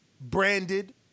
branded